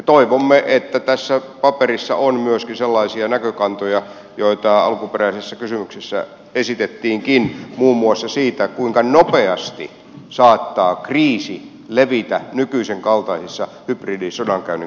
toivomme että tässä paperissa on myöskin sellaisia näkökantoja joita alkuperäisessä kysymyksessä esitettiinkin muun muassa siitä kuinka nopeasti saattaa kriisi levitä nykyisen kaltaisissa hybridisodankäynnin kaltaisissa olosuhteissa